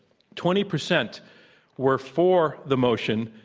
twenty percent were for the motion,